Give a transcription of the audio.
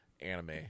anime